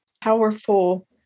powerful